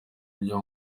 byo